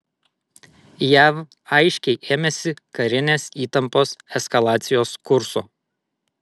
jav aiškiai ėmėsi karinės įtampos eskalacijos kurso